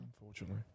Unfortunately